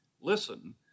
Listen